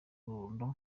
runda